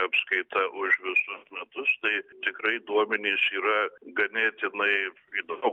apskaita už visus metus tai tikrai duomenys yra ganėtinai įdomūs